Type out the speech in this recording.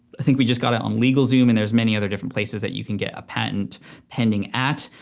i think we just got it on legal zoom and there's many other different places that you can get a patent pending at.